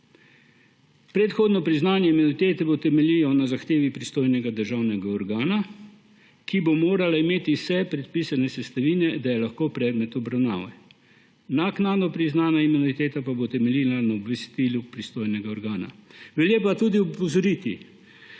Predhodno priznanje imunitete bo temeljilo na zahtevi pristojnega državnega organa, ki bo morala imeti vse predpisane sestavine, da je lahko predmet obravnave. Naknadno priznana imuniteta pa bo temeljila na obvestilu pristojnega organa. Velja pa tudi opozoriti,